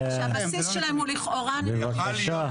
שהבסיס שלהם הוא לכאורה --- יכול היה להיות